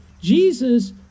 Jesus